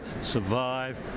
survive